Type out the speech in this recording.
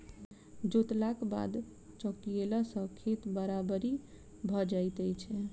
जोतलाक बाद चौकियेला सॅ खेत बराबरि भ जाइत छै